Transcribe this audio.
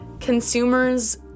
Consumers